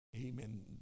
Amen